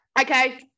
Okay